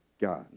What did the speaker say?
God